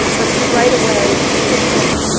but you right away took them,